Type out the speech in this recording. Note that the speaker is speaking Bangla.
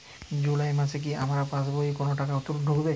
জুলাই মাসে কি আমার পাসবইতে কোনো টাকা ঢুকেছে?